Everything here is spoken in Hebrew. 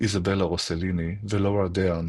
איזבלה רוסליני ולורה דרן